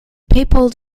papal